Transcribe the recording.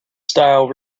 style